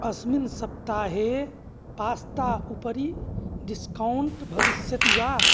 अस्मिन् सप्ताहे पास्ता उपरि डिस्कौण्ट् भविष्यति वा